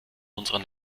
unserer